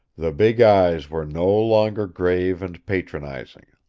the big eyes were no longer grave and patronizing.